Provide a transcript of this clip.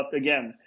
again.